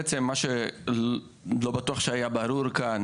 לא בטוח שהיה ברור כאן